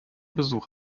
besuch